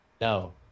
No